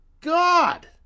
God